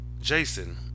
Jason